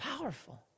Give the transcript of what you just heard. powerful